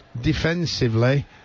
defensively